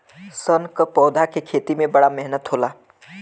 सन क पौधा के खेती में बड़ा मेहनत होला